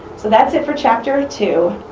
so that's it for chapter two.